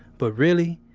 but really,